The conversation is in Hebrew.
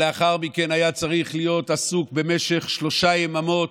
שלאחר מכן היה צריך להיות עסוק במשך שלוש יממות,